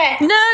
No